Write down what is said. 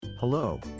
Hello